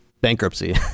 Bankruptcy